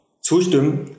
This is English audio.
zustimmen